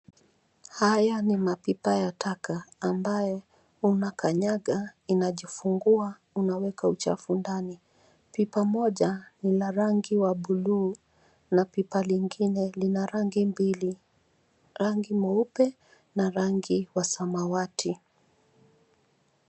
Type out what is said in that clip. Haya ni mapipa ya taka ambayo unakanyanga, inajifungua, unaweka uchafu ndani. Pipa moja lina rangi wa bluu na pipa lingine lina rangi mbili; rangi mweupe na rangi wa samawati.